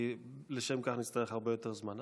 כי לשם כך נצטרך הרבה יותר זמן.